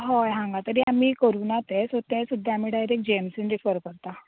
हय हांगा तरी आमी करुंक ना ते सो ते आमी डायरेक्ट जिएमसीन रिफर करता